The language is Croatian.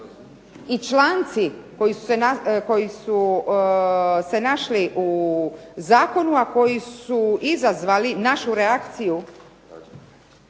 i članci koji su se našli u zakonu, a koji su izazvali našu reakciju